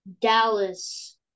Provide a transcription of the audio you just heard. Dallas